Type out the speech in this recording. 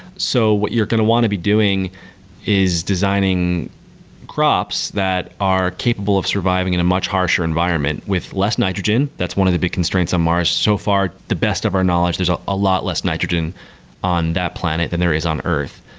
so what you're going to want to be doing is designing crops that are capable of surviving in a much harsher environment with less nitrogen. that's one of the big constraints on mars. so far, the best of our knowledge, there is a lot less nitrogen on that planet than there is on earth.